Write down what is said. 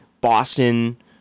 Boston